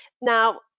Now